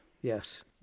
Yes